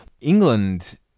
England